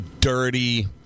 dirty